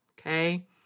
Okay